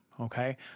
Okay